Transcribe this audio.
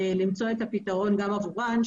למצוא את הפתרון גם עבורן,